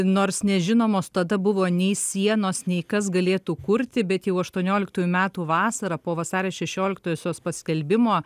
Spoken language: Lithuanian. nors nežinomos tada buvo nei sienos nei kas galėtų kurti bet jau aštuonioliktųjų metų vasarą po vasario šešioliktosios paskelbimo